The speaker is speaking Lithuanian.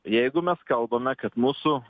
jeigu mes kalbame kad mūsų